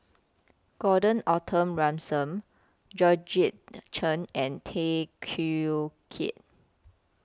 Gordon Arthur Ransome Georgette Chen and Tay Teow Kiat